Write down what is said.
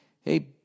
Hey